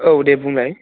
औ दे बुंलाय